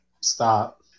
stop